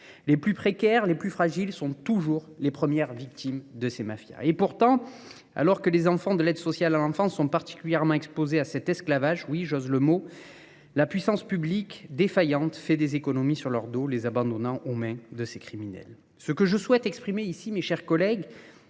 Les plus précaires, les plus fragiles sont toujours les premières victimes de ces mafias. Et pourtant, alors que les enfants de l'aide sociale à l'enfant sont particulièrement exposés à cet esclavage, oui, j'ose le mot, la puissance publique défaillante fait des économies sur leur dos, les abandonnant aux mains de ces criminels. Ce que je souhaite exprimer ici, mes chers collègues,